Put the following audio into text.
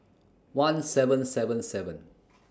one seven seven seven